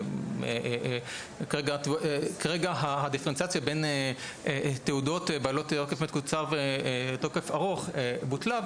כרגע הדיפרנציאציה בין תעודות בעלות תוקף מקוצר ותוקף ארוך בוטלה,